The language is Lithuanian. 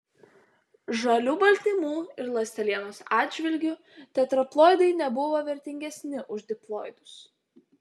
žalių baltymų ir ląstelienos atžvilgiu tetraploidai nebuvo vertingesni už diploidus